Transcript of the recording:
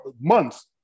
months